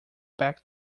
back